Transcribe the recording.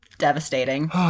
Devastating